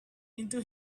into